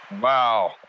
Wow